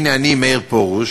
שאלה אחת, למה זה כל שנה עולה?